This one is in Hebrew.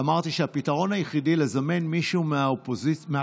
אמרתי שהפתרון היחיד הוא לזמן מישהו מהקואליציה